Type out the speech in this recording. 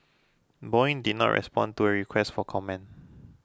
Boeing did not respond to a request for comment